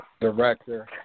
director